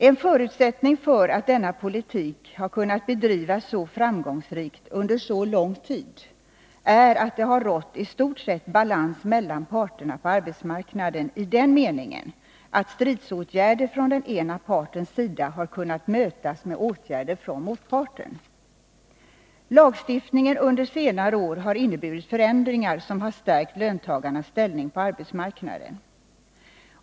En förutsättning för att denna politik har kunnat bedrivas så framgångsrikt under så lång tid är att det har rått i stort sett balans mellan parterna på arbetsmarknaden i den meningen att stridsåtgärder från ena partens sida har kunnat mötas med åtgärder från motparten. Lagstiftningen under senare år har inneburit förändringar som har stärkt löntagarnas ställning på arbetsmarknaden.